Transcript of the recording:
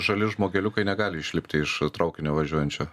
žali žmogeliukai negali išlipti iš traukinio važiuojančio